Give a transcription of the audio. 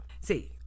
See